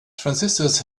transistors